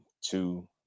Two